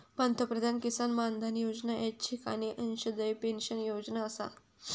पंतप्रधान किसान मानधन योजना ऐच्छिक आणि अंशदायी पेन्शन योजना आसा